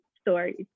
stories